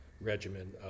regimen